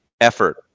effort